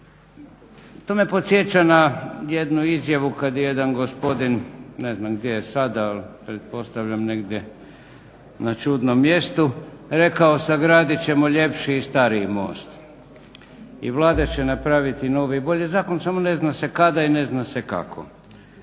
To me podsjeća na jednu izjavu kad jedan gospodin, ne znam gdje je sada ali pretpostavljam negdje na čudnom mjestu, rekao sagradit ćemo ljepši i stariji most. I Vlada će napraviti novi i bolji zakon samo ne zna se kada i ne zna se kako.